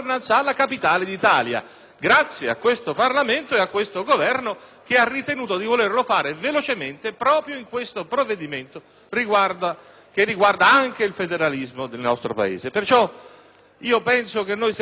grazie a questo Parlamento ed a questo Governo, che ha ritenuto di volerlo fare velocemente proprio in questo provvedimento che riguarda anche il federalismo del nostro Paese. Per tale ragione, penso che stiamo facendo qualcosa di importante.